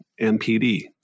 MPD